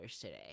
today